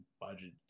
budget